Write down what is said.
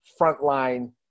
frontline